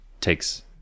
takes